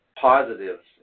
positives